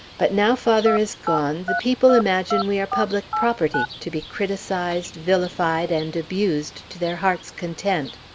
but now father is gone, the people imagine we are public property, to be criticized, vilified, and abused to their hearts' content.